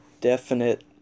definite